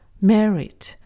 married